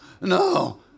no